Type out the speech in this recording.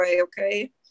Okay